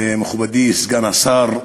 מכובדי סגן השר,